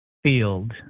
field